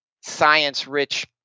science-rich